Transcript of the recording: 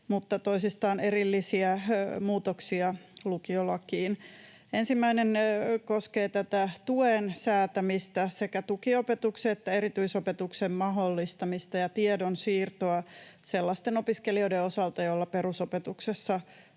mutta toisistaan erillisiä muutoksia lukiolakiin. Ensimmäinen koskee tätä tuen säätämistä, tukiopetuksen ja erityisopetuksen mahdollistamista sekä tiedonsiirtoa sellaisten opiskelijoiden osalta, joilla perusopetuksessa